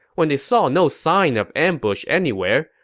when they saw no sign of ambush anywhere,